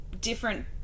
different